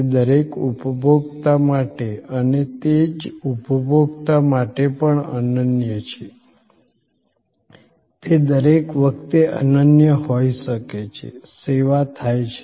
તે દરેક ઉપભોક્તા માટે અને તે જ ઉપભોક્તા માટે પણ અનન્ય છે તે દરેક વખતે અનન્ય હોઈ શકે છે સેવા થાય છે